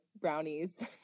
Brownies